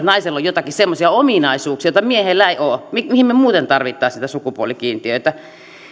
naisella on joitakin semmoisia ominaisuuksia joita miehellä ei ole mihin me muuten tarvitsisimme niitä sukupuolikiintiöitä